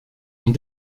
ont